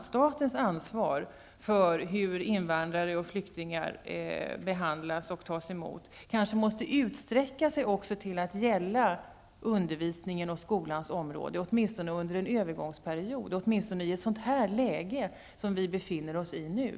Statens ansvar för hur invandrare och flyktingar tas emot och behandlas måste kanske också utsträcka sig till att gälla undervisningen och skolans område, åtminstone under en övergångsperiod, i ett sådant läge som det vi befinner oss i nu.